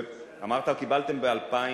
נכון.